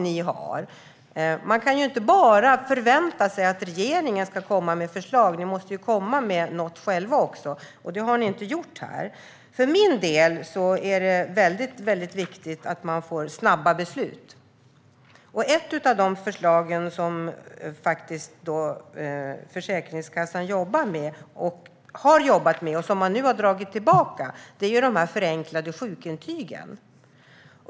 Ni kan inte bara förvänta er att regeringen ska komma med förslag. Ni måste ju komma med något själva. Men det har ni inte gjort. För min del är det viktigt med snabba beslut. Ett av de förslag som Försäkringskassan har jobbat med men dragit tillbaka är förenklade sjukintyg.